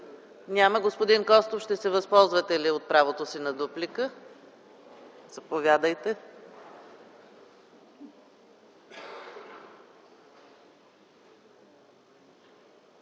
Няма. Господин Костов, ще се възползвате ли от правото си на дуплика? Заповядайте.